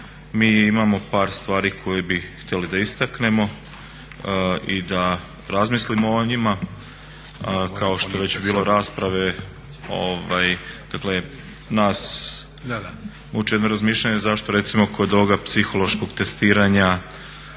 Mi imamo par stvari koje bi htjeli istaknuti i da razmislimo o njima kao što je već i bilo rasprave dakle nas uče razmišljanju zašto recimo kod ovog psihološkog testiranja,